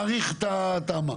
מאריך את התמ"א.